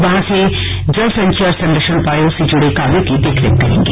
वहां वे जल संचय और संरक्षण उपायों से जुड़े कार्यों की देखरेख करेंगे